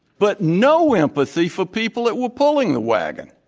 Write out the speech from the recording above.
but no empathy for people that were pulling the wagon.